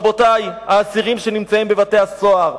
רבותי, האסירים שנמצאים בבתי-הסוהר,